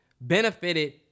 benefited